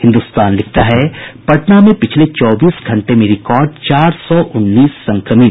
हिन्दुस्तान लिखता है पटना में पिछले चौबीस घंटे में रिकॉर्ड चार उन्नीस संक्रमित